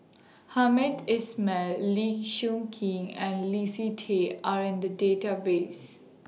Hamed Ismail Lee Choon Kee and Leslie Tay Are in The Database